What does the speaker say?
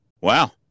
Wow